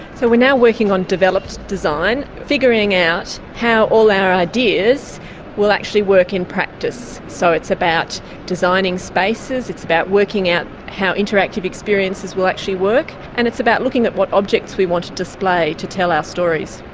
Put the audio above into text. so we're now working on developed design, figuring out how all our ideas will actually work in practice. so it's about designing spaces, it's about working out how interactive experiences will actually work, and it's about looking at what objects we want to display to tell our stories.